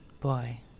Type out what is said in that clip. boy